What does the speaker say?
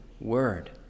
Word